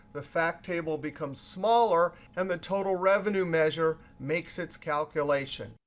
the fact table becomes smaller, and the total revenue measure makes its calculation.